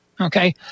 Okay